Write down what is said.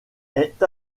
est